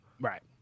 Right